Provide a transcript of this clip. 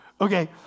Okay